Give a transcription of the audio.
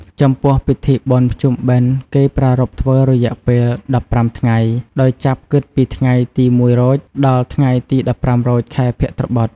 ចំពោះពិធីបុណ្យភ្ជុំបិណ្ឌគេប្រារព្ធធ្វើរយៈពេល១៥ថ្ងៃ ដោយចាប់គិតពីថ្ងៃទី០១រោច ដល់ថ្ងៃទី១៥រោច ខែភទ្របទ ។